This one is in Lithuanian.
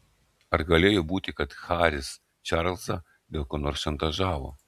ar galėjo būti kad haris čarlzą dėl ko nors šantažavo